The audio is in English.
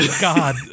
God